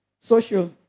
Social